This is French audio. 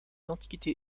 antiquités